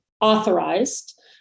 authorized